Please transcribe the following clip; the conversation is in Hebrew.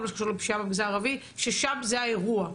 מה שקשור לפשיעה במגזר הערבי ששם זה האירוע,